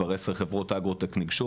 כבר 10 חברות אגרוטק ניגשו,